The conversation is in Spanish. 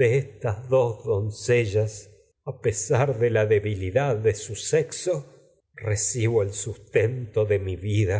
de estas dos doncellas pesar mi de la debilidad de su sexo recibo el sustento de vida